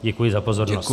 Děkuji za pozornost.